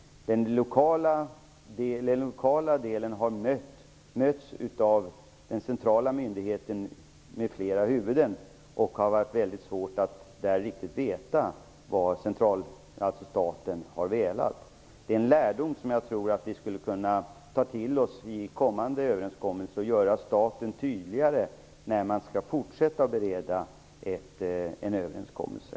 Den lokala delen har fått flera olika besked av den centrala myndigheten, och det har varit väldigt svårt att riktigt veta vad staten har velat. Det är en lärdom som jag tror att vi skulle kunna ta till oss i kommande överenskommelser. Statens förslag bör göras tydligare när man skall fortsätta bereda en överenskommelse.